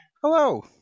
Hello